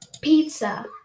pizza